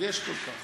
ומרגש כל כך.